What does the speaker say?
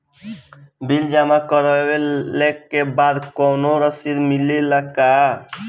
Bill जमा करवले के बाद कौनो रसिद मिले ला का?